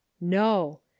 no